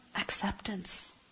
Acceptance